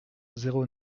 zéro